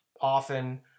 often